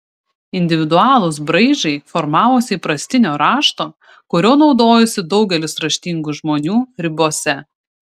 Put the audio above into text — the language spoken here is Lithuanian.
individualūs braižai formavosi įprastinio rašto kuriuo naudojosi daugelis raštingų žmonių ribose